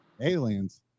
Aliens